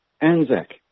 ANZAC